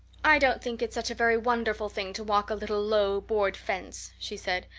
i don't think it's such a very wonderful thing to walk a little, low, board fence, she said.